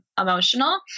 emotional